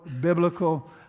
biblical